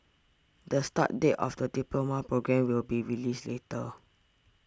the start date of the diploma programme will be released later